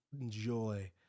enjoy-